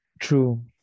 True